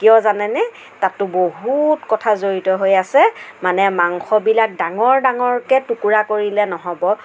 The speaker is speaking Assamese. কিয় জানেনে তাতো বহুত কথা জড়িত হৈ আছে মানে মাংসবিলাক ডাঙৰ ডাঙৰকৈ টুকুৰা কৰিলে নহ'ব